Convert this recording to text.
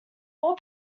all